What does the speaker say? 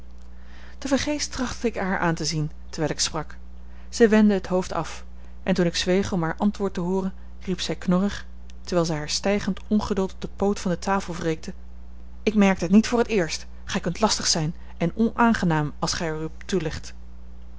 tevergeefs trachtte ik haar aan te zien terwijl ik sprak zij wendde het hoofd af en toen ik zweeg om haar antwoord te hooren riep zij knorrig terwijl zij haar stijgend ongeduld op den poot van de tafel wreekte ik merk het niet voor het eerst gij kunt lastig zijn en onaangenaam als